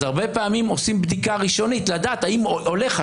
אז הרבה פעמים עושים בדיקה ראשונית לדעת אם עולה חשד.